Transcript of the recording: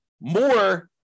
more